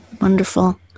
Wonderful